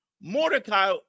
Mordecai